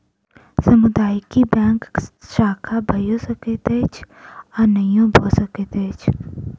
सामुदायिक बैंकक शाखा भइयो सकैत अछि आ नहियो भ सकैत अछि